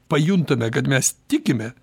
pajuntame kad mes tikime